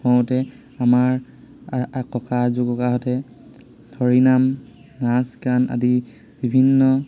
হওঁতে আমাৰ ককা আজু ককাহঁতে হৰিনাম নাচ গান আদি বিভিন্ন